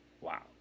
wow